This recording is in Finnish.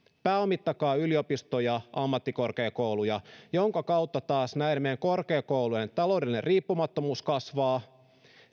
pääomittakaa yliopistoja ja ammattikorkeakouluja minkä kautta meidän korkeakoulujen taloudellinen riippumattomuus kasvaa